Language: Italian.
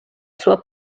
sua